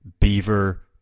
Beaver